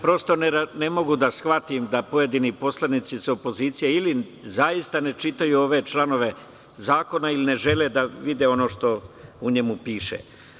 Prosto ne mogu da shvatim da pojedini poslanici iz opozicije ili zaista ne čitaju ove članove zakona ili ne žele da vide ono što u njemu piše.